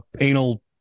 anal